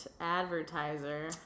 advertiser